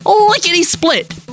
Lickety-split